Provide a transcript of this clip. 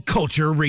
Culture